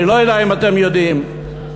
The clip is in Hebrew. אני לא יודע אם אתם יודעים שבמזרח-ירושלים